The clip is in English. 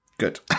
Good